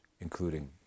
including